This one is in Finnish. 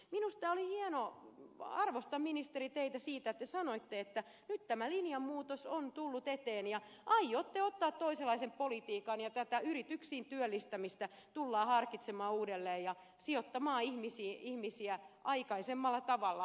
minusta tämä oli hienoa arvostan ministeri teitä siitä että te sanoitte että nyt tämä linjanmuutos on tullut eteen ja aiotte ottaa toisenlaisen politiikan ja tätä yrityksiin työllistämistä tullaan harkitsemaan uudelleen ja sijoittamaan ihmisiä aikaisemmalla tavalla